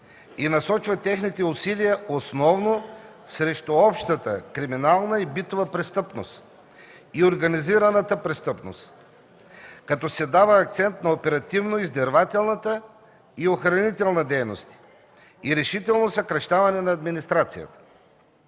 и насочва техните усилия основно срещу общата криминална и битова престъпност и организираната престъпност, като се дава акцент на оперативно-издирвателната и охранителна дейност и решително съкращаване на администрацията.